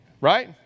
Right